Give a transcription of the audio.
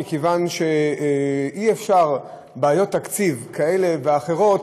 מכיוון שאי-אפשר לפתור בעיות תקציב כאלה ואחרות